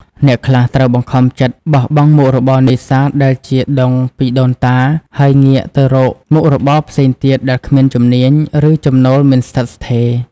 អ្នកខ្លះត្រូវបង្ខំចិត្តបោះបង់មុខរបរនេសាទដែលជាដុងពីដូនតា ហើយងាកទៅរកមុខរបរផ្សេងទៀតដែលគ្មានជំនាញ ឬចំណូលមិនស្ថិតស្ថេរ។